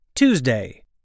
Tuesday